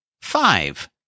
Five